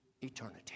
eternity